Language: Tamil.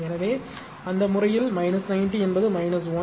எனவே அந்த முறையில் 90 என்பது 1